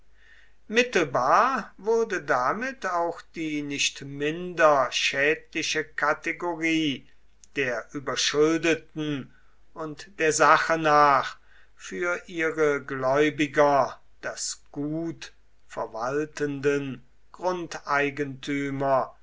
mittelbar wurde damit auch die nicht minder schädliche kategorie der überschuldeten und der sache nach nur für ihre gläubiger das gut verwaltenden grundeigentümer